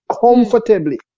comfortably